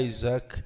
Isaac